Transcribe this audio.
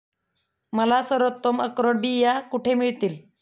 मला सर्वोत्तम अक्रोड बिया कुठे मिळतील